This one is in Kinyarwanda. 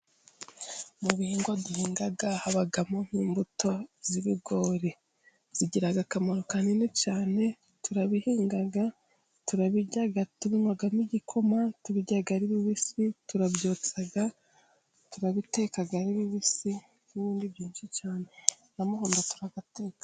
Mu bihingwa duhinga habamo nk'imbuto z'ibigori zigira akamaro kanini cyane, turabihinga, turabirya, tunywamo igikoma ,tubirya ari bibisi, turabyotsa, turabiteka ari bibisi n'ibindi byinshi cyane n'amahundo turayateka.